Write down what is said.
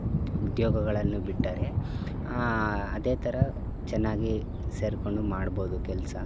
ಉದ್ಯೋಗಗಳನ್ನು ಬಿಟ್ಟರೆ ಅದೇ ಥರ ಚೆನ್ನಾಗಿ ಸೇರಿಕೊಂಡು ಮಾಡ್ಬೋದು ಕೆಲಸ